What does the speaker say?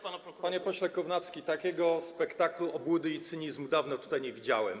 Panie pośle Kownacki, takiego spektaklu obłudy i cynizmu dawno tutaj nie widziałem.